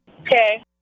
Okay